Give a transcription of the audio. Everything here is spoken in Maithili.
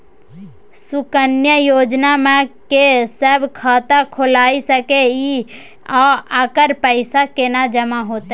सुकन्या योजना म के सब खाता खोइल सके इ आ एकर पैसा केना जमा होतै?